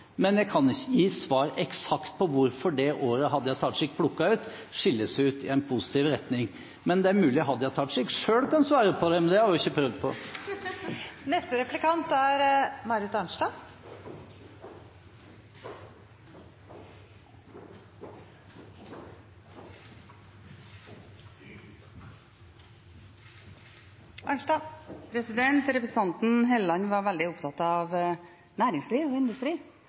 men jeg kan ikke gi eksakt svar på hvorfor det året Hadia Tajik plukket ut, skiller seg ut i positiv retning. Det er mulig Hadia Tajik selv kan svare på det, men det har hun ikke prøvd på. Representanten Helleland var veldig opptatt av næringsliv og industri.